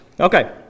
Okay